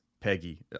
peggy